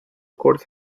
codes